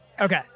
Okay